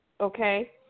okay